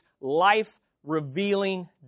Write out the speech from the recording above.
life-revealing